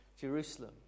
Jerusalem